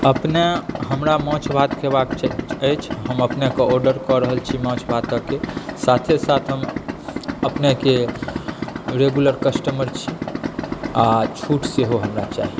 अपनेँ हमरा माछ भात खुएबाक अछि हम अपनेँके आर्डर कऽ रहल छी माछ भातके साथे साथ हम अपनेँके रेगुलर कस्टमर छी आओर छूट सेहो हमरा चाही